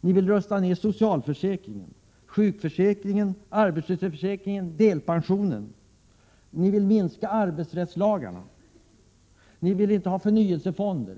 Ni vill rusta ned socialförsäkringen, sjukförsäkringen, arbetslöshetsförsäkringen, delpensionen. Ni vill inskränka arbetsrättslagarna. Ni vill inte ha förnyelsefonder.